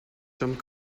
jump